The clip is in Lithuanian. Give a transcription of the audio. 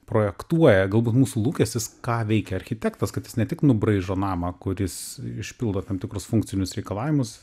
projektuoja galbūt mūsų lūkestis ką veikia architektas kad jis ne tik nubraižo namą kuris išpildo tam tikrus funkcinius reikalavimus